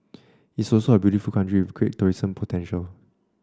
it's also a beautiful country with great tourism potential